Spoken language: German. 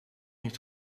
nicht